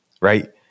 right